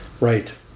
Right